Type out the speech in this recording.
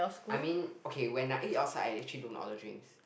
I mean okay when I eat outside I actually don't order drinks